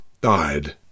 died